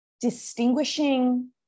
distinguishing